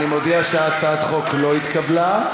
אני מודיע שהצעת החוק לא התקבלה.